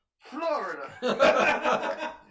Florida